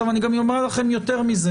יותר מזה